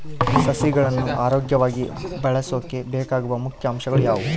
ಸಸಿಗಳನ್ನು ಆರೋಗ್ಯವಾಗಿ ಬೆಳಸೊಕೆ ಬೇಕಾಗುವ ಮುಖ್ಯ ಅಂಶಗಳು ಯಾವವು?